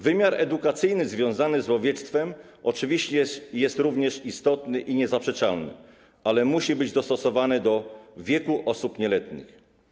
Wymiar edukacyjny związany z łowiectwem oczywiście jest również istotny i niezaprzeczalny, ale musi być dostosowany do wieku osób nieletnich.